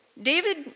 David